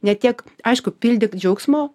ne tiek aišku pildyk džiaugsmo